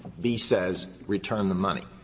b says return the money.